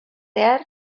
zehar